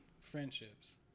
friendships